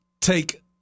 take